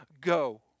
go